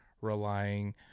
relying